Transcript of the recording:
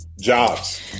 jobs